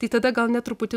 tai tada gal net truputį